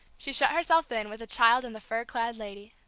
she shut herself in with the child and the fur-clad lady.